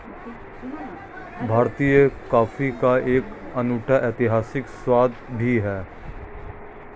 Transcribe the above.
भारतीय कॉफी का एक अनूठा ऐतिहासिक स्वाद भी है